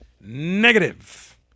negative